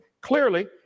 clearly